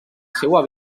seua